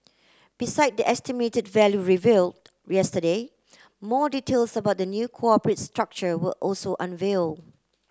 besides the estimated value revealed yesterday more details about the new corporate structure were also unveiled